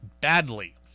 badly